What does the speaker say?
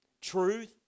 Truth